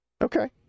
okay